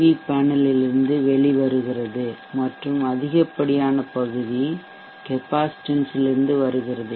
we பேனலில் இருந்து வெளிவருகிறது மற்றும் அதிகப்படியான பகுதி கெப்பாசிட்டன்ஸ் லிருந்து வருகிறது